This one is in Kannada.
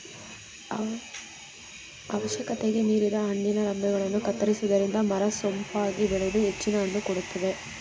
ಅವಶ್ಯಕತೆಗೆ ಮೀರಿದ ಹಣ್ಣಿನ ರಂಬೆಗಳನ್ನು ಕತ್ತರಿಸುವುದರಿಂದ ಮರ ಸೊಂಪಾಗಿ ಬೆಳೆದು ಹೆಚ್ಚಿನ ಹಣ್ಣು ಕೊಡುತ್ತದೆ